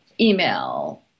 email